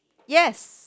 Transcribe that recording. yes